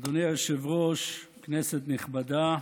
אדוני היושב-ראש, כנסת נכבדה,